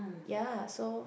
ya so